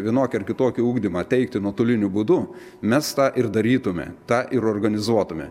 vienokį ar kitokį ugdymą teikti nuotoliniu būdu mes tą ir darytume tą ir organizuotume